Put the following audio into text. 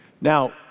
Now